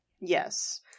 Yes